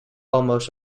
almost